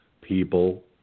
people